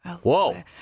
Whoa